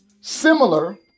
similar